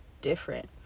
different